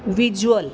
visual